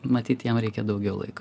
matyt jam reikia daugiau laiko